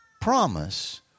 promise